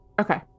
Okay